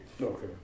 Okay